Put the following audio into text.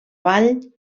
vall